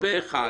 פה אחד.